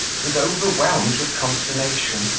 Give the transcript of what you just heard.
was overwhelmed with consternation,